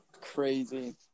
crazy